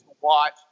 watch